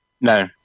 no